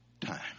time